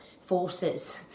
forces